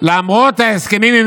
אבל אני לא מבין למה הדיון הזה